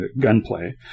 gunplay